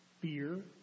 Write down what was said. fear